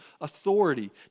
authority